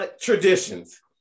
Traditions